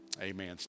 amen